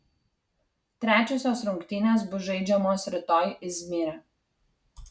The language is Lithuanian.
trečiosios rungtynės bus žaidžiamos rytoj izmyre